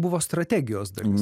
buvo strategijos dalis